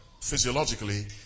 physiologically